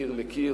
מקיר לקיר,